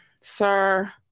sir